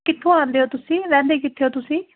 ਕਿੱਥੋਂ ਆਉਂਦੇ ਹੋ ਤੁਸੀਂ ਰਹਿੰਦੇ ਕਿੱਥੇ ਹੋ ਤੁਸੀਂ